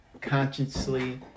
consciously